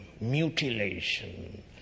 mutilation